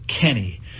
Kenny